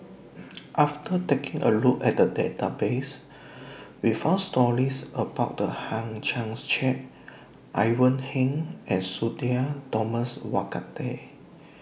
after taking A Look At The Database We found stories about The Hang Chang Chieh Ivan Heng and Sudhir Thomas Vadaketh